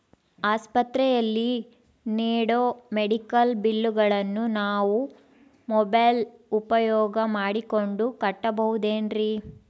ಆಸ್ಪತ್ರೆಯಲ್ಲಿ ನೇಡೋ ಮೆಡಿಕಲ್ ಬಿಲ್ಲುಗಳನ್ನು ನಾವು ಮೋಬ್ಯೆಲ್ ಉಪಯೋಗ ಮಾಡಿಕೊಂಡು ಕಟ್ಟಬಹುದೇನ್ರಿ?